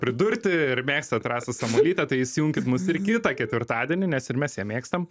pridurti ir mėgstat rasą samuolytę tai įsijunkit mus ir kitą ketvirtadienį nes ir mes ją mėgstam